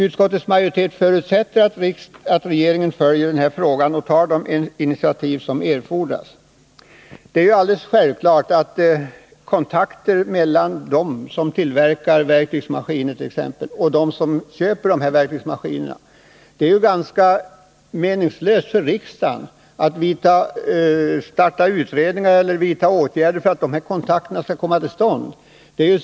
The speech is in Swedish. Utskottsmajoriteten förutsätter att regeringen följer den här frågan med uppmärksamhet och att den tar de initiativ som Nr 52 erfordras. Det är självklart att det är meningslöst att riksdagen vidtar åtgärder för att få till stånd kontakter mellan t.ex. dem som tillverkar verktygsmaskiner och dem som köper dem.